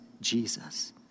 Jesus